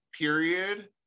period